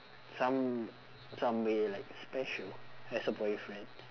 some some way like special as a boyfriend